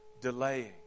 delaying